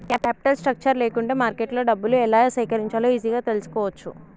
capital structure లేకుంటే మార్కెట్లో డబ్బులు ఎలా సేకరించాలో ఈజీగా తెల్సుకోవచ్చు